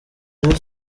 rayon